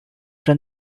from